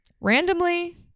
randomly